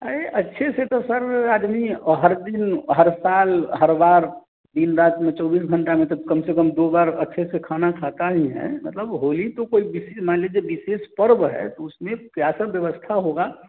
अरे अच्छे से तो सर आदमी और हर दिन हर साल हर बार दिन रात में चौबीस घंटा में तो कम से कम दो बार अच्छे से खाना खाता ही है मतलब होली तो कोई विशेष मान लीजिए विशेष पर्व है तो उसमें क्या सब व्यवस्था होगा